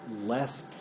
less